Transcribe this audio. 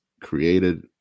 created